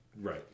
Right